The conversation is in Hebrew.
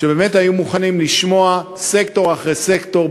שבאמת היו מוכנים לשמוע סקטור אחרי סקטור,